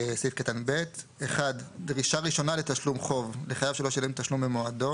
(ב) (1) "דרישה ראשונה לתשלום חוב לחייב שלא שילם תשלום במועדו